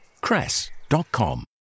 cress.com